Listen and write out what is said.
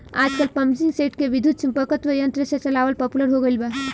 आजकल पम्पींगसेट के विद्युत्चुम्बकत्व यंत्र से चलावल पॉपुलर हो गईल बा